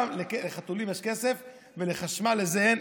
למה לחתולים יש כסף ולחשמל אין?